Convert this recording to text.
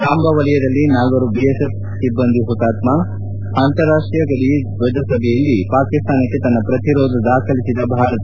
ಸಾಂಬಾ ವಲಯದಲ್ಲಿ ನಾಲ್ವರು ಬಿಎಸ್ಎಫ್ ಸಿಬ್ಬಂದಿ ಹುತಾತ್ತ ಅಂತಾರಾಷ್ಟೀಯ ಗಡಿಯ ಧ್ವಜಸಭೆಯಲ್ಲಿ ಪಾಕಿಸ್ತಾನಕ್ಕೆ ತನ್ನ ಪ್ರತಿರೋಧ ದಾಖಲಿಸಿದ ಭಾರತ